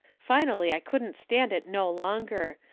finally i couldn't stand it no longer.